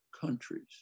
countries